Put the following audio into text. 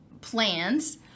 plans